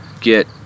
get